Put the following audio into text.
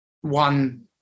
one